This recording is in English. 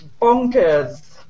Bonkers